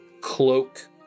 Cloak